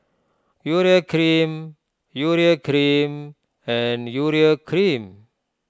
Urea Cream Urea Cream and Urea Cream